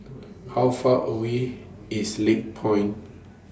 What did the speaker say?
How Far away IS Lakepoint